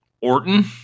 Orton